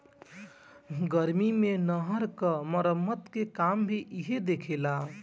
गर्मी मे नहर क मरम्मत के काम भी इहे देखेला